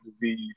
disease